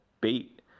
bait